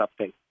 update